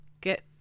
get